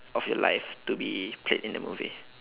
of your life to be played in the movie